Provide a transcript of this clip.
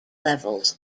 levels